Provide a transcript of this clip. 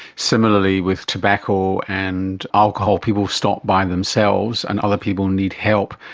similarly with tobacco and alcohol, people stop by themselves and other people need help.